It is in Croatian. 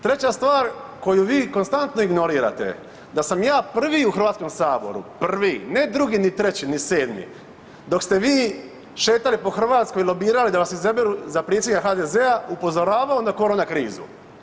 Treća stvar koju vi konstantno ignorirate da sam ja 1 u Hrvatskom saboru, ne 2 ni 3 ni 7, dok ste vi šetali po Hrvatskoj i lobirali da vas izaberu za predsjednika HDZ-a upozoravao na korona krizu.